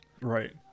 right